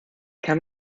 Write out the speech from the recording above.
kann